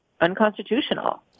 unconstitutional